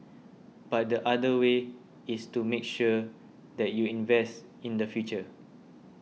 but the other way is to make sure that you invest in the future